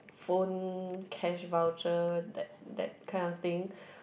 phone cash voucher that that kind of thing